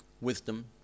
wisdom